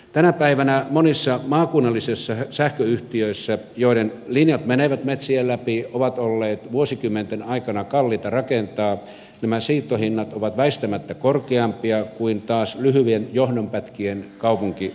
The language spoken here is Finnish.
tänä päivänä monissa maakunnallisissa sähköyhtiöissä joiden linjat menevät metsien läpi ovat olleet vuosikymmenten aikana kalliita rakentaa nämä siirtohinnat ovat väistämättä korkeampia kuin taas lyhyiden johdonpätkien kaupunkisähköyhtiöissä